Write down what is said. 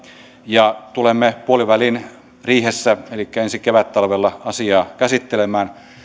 ja tulemme puolivälin riihessä elikkä ensi kevättalvella asiaa käsittelemään